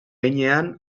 behinean